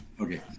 okay